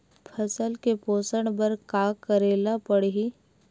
फसल के पोषण बर का करेला पढ़ही?